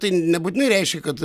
tai nebūtinai reiškia kad